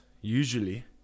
usually